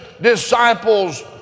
disciples